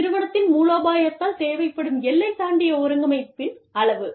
நிறுவனத்தின் மூலோபாயத்தால் தேவைப்படும் எல்லை தாண்டிய ஒருங்கிணைப்பின் அளவு